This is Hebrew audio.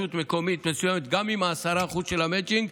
מקומית מסוימת גם עם ה-10% של המצ'ינג,